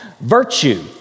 virtue